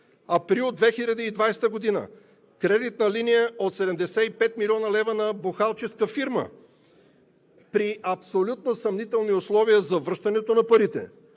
Април 2020 г. – кредитна линия от 75 млн. лв. на бухалческа фирма, при абсолютно съмнителни условия за връщането на парите.